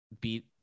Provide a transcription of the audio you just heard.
beat